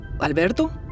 Alberto